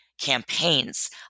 campaigns